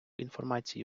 інформації